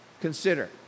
Consider